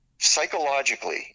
psychologically